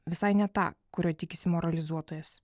visai ne tą kurio tikisi moralizuotojas